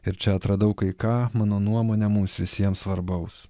ir čia atradau kai ką mano nuomone mums visiems svarbaus